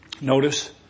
Notice